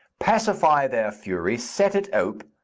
pacify their fury, set it ope,